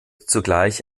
zugleich